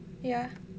ya